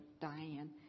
Diane